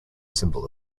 symbol